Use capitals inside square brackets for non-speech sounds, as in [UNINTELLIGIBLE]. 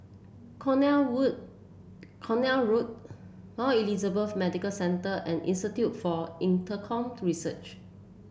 [UNINTELLIGIBLE] Road Now Elizabeth Medical Centre and Institute for Infocomm Research